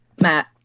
Matt